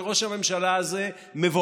אבל ראש הממשלה הזה מבוהל.